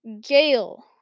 Gale